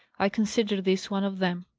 i consider this one of them.